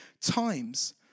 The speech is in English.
times